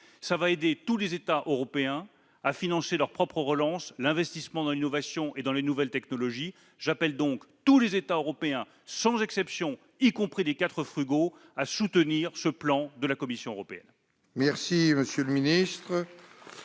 cela aidera tous les États européens à financer leur propre relance, l'investissement dans l'innovation et les nouvelles technologies. J'appelle donc tous les États européens, sans exception, y compris les quatre « frugaux », à soutenir ce plan de la Commission européenne